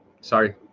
sorry